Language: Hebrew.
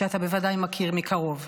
שאתה בוודאי מכיר מקרוב.